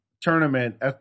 Tournament